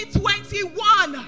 2021